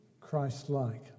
Christ-like